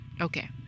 okay